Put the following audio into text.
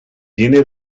tiene